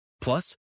Plus